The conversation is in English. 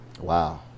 wow